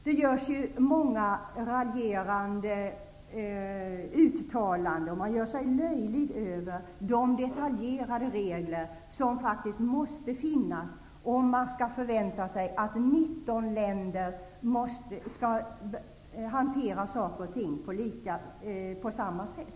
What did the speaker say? Det görs många raljerande uttalanden, och man gör sig löjlig över de detaljerade regler som faktiskt måste finnas om 19 länder skall kunna hantera saker och ting på samma sätt.